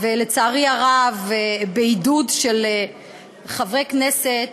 ולצערי הרב בעידוד של חברי כנסת